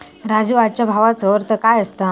राजू, आजच्या भावाचो अर्थ काय असता?